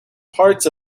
parts